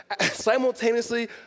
simultaneously